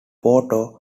porto